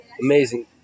amazing